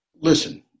Listen